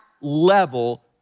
level